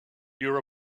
your